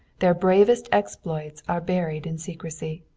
their bravest exploits are buried in secrecy.